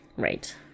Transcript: Right